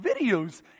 videos